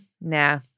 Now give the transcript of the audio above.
Nah